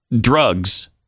drugs